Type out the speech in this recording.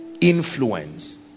influence